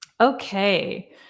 okay